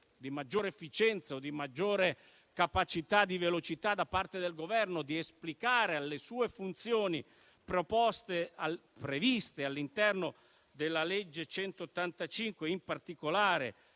di maggior efficienza o di maggior velocità da parte del Governo di esplicare le sue funzioni previste all'interno della legge n. 185 del 1990, in particolare